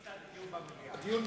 אני הצעתי דיון במליאה.